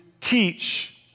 teach